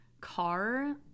car